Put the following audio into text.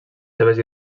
seves